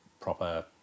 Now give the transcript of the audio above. proper